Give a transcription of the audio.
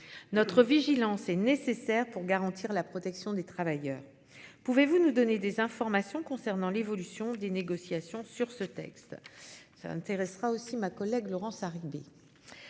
notre vigilance est nécessaire pour garantir la protection des travailleurs. Pouvez-vous nous donner des informations concernant l'évolution des négociations sur ce texte. Ça intéressera aussi ma collègue Laurence.